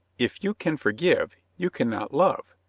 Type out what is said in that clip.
if you can forgive, you can not love.